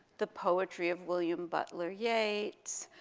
the poetry of william butler yates,